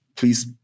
Please